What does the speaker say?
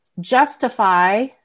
justify